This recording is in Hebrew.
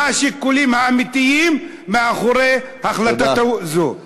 מה השיקולים האמיתיים מאחורי החלטתו זו?